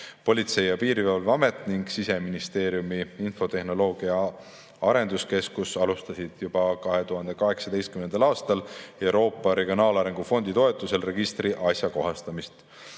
Politsei‑ ja Piirivalveamet ning Siseministeeriumi infotehnoloogia‑ ja arenduskeskus alustasid juba 2018. aastal Euroopa Regionaalarengu Fondi toetusel registri ajakohastamist.